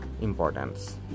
importance